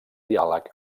diàleg